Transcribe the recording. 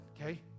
okay